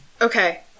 Okay